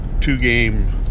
two-game